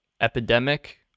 epidemic